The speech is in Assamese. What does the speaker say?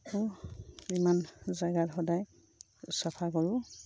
আৰু যিমান জেগাত সদায় চফা কৰোঁ